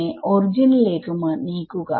നെ ഒറിജിൻ ലേക്ക് നീക്കുക